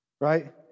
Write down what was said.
right